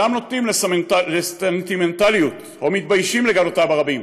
אינם נוטים לסנטימנטליות או מתביישים לגלותה ברבים".